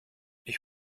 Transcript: ich